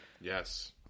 yes